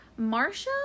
Marsha